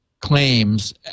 claims